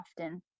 often